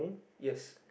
yes